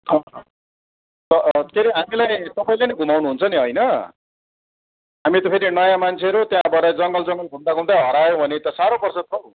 अँ के अरे हामीलाई तपाईँले नै घुमाउनु हुन्छ नि होइन हामी त फेरि नयाँ मान्छेहरू त्यहाँ भरे जङ्गल जङ्गल घुम्दा घुम्दै हरायो भने त साह्रो पर्छ त हौ